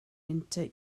inter